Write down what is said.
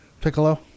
Piccolo